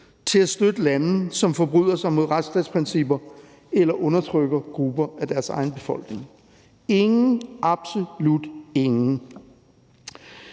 til at støtte lande, som forbryder sig mod retsstatsprincipper eller undertrykker grupper i deres egen befolkning. Absolut ingen.